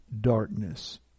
darkness